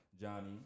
Johnny